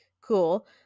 cool